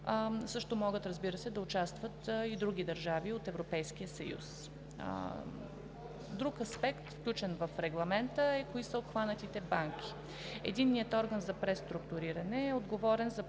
също могат да участват и други държави от Европейския съюз. Друг аспект, включен в Регламента, е кои са обхванатите банки. Единният орган за преструктуриране е отговорен за